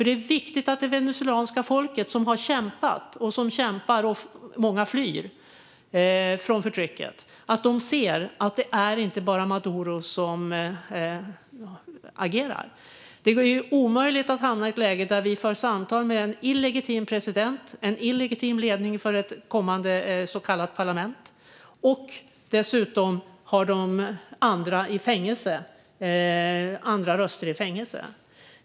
Det är viktigt att det venezuelanska folket, som har kämpat och som kämpar - många flyr också från förtrycket - ser att det inte bara är Maduro som agerar. Det blir ett omöjligt läge om vi ska föra samtal med en illegitim president och en illegitim ledning för ett kommande så kallat parlament och dessutom de andra rösterna sitter i fängelse.